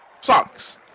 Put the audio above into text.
Sucks